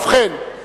ובכן,